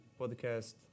podcast